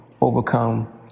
overcome